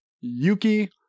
Yuki